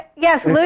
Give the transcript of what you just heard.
Yes